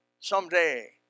someday